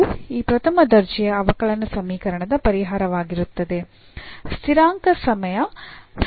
ಅದು ಈ ಪ್ರಥಮ ದರ್ಜೆಯ ಅವಕಲನ ಸಮೀಕರಣದ ಪರಿಹಾರವಾಗಿರುತ್ತದೆ ಸ್ಥಿರಾಂಕ ಸಮಯ c 1 alpha x